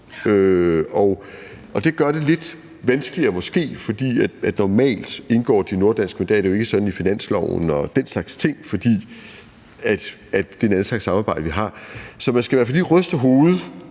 Og det gør det måske lidt vanskeligere, for normalt indgår de nordatlantiske mandater jo ikke sådan i finansloven og den slags ting, fordi det er en anden slags samarbejde, vi har. Så man skal i hvert fald lige ryste hovedet.